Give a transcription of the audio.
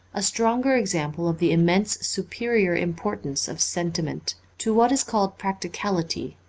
a stronger example of the immensely superior im portance of sentiment, to what is called practicality,